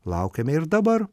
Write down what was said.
laukiame ir dabar